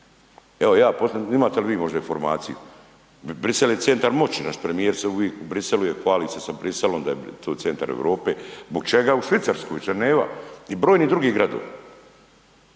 postavljam, imate li vi možda informaciju. Bruxelles je centar moći. Naš premijer se uvijek u Bruxellesu je, fali se sa Bruxellesom da je to centar Europe. Zbog čega u Švicarskoj, Ženeva i brojni drugi gradovi?